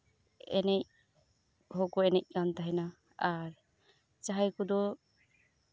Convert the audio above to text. ᱮᱱᱮᱡ ᱦᱚᱸᱠᱚ ᱮᱱᱮᱡ ᱠᱟᱱ ᱛᱟᱸᱦᱮᱱᱟ ᱟᱨ ᱡᱟᱸᱦᱟᱭ ᱠᱚᱫᱚ